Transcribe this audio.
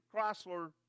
Chrysler